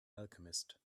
alchemist